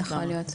יכול להיות.